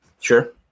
Sure